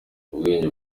ubwenge